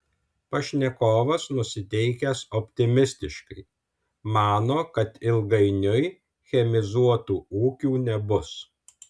pašnekovas nusiteikęs optimistiškai mano kad ilgainiui chemizuotų ūkių nebus